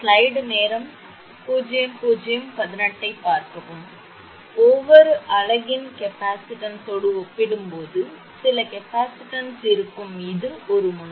எனவே ஒவ்வொரு அலகின் கெப்பாசிட்டன்ஸோடு ஒப்பிடும்போது சில கெப்பாசிட்டன்ஸ் இருக்கும் இது ஒரு முனை